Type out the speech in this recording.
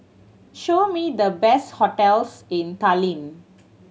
show me the best hotels in Tallinn